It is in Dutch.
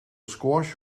squash